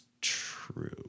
true